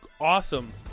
awesome